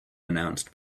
announced